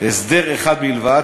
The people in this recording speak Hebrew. הסדר אחד בלבד,